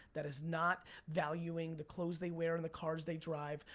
that is not valuing the clothes they wear and the cars they drive.